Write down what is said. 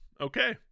okay